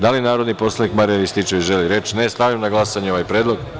Da li narodni poslanik Marijan Rističević želi reč? (Ne) Stavljam na glasanje ovaj predlog.